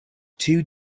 too